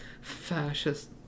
fascist